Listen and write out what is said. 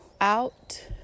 out